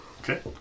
okay